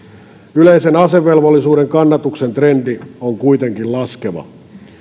yleisen asevelvollisuuden kannatuksen trendi on kuitenkin laskeva